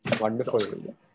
wonderful